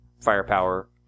firepower